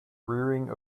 rearing